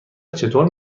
چطور